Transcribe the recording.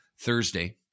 Thursday